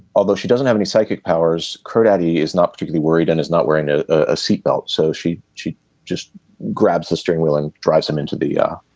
although she doesn't have any psychic powers cody is not particularly worried and is not wearing a ah seat belt so she she just grabs the steering wheel and drives him into the yeah